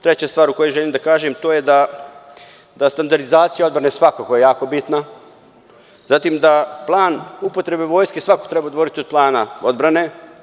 Treća stvar koju želim da kažem, to je da je standardizacija odbrane svakako jako bitna, zatim, da plan upotrebe vojske svako treba odvojiti od plana odbrane.